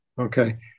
Okay